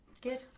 Good